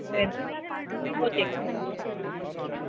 சரிக்கா ஆ ஓகே அக்கா ஓகே அக்கா